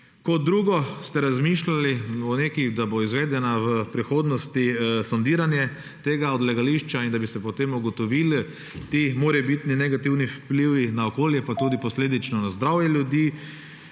Kot drugo, ali ste razmišljali o tem, da bo izvedeno v prihodnosti sondiranje tega odlagališča in da bi se potem ugotovili ti morebitni negativni vplivi na okolje in posledično na zdravje ljudi?